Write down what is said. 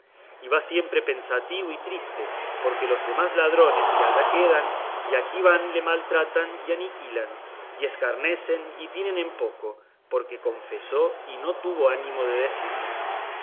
y va siempre pensativo y triste porque los demás ladrones que allá quedan y aquí van le maltratan y aniquilan y escarnecen y tienen en poco porque confesó y no tuvo ánimo de decir nones